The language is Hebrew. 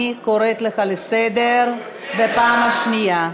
אני קוראת אותך לסדר פעם שנייה.